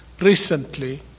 recently